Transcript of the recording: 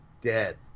dead